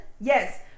Yes